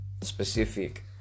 specific